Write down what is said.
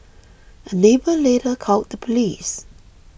a neighbour later called the police